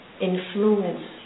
influence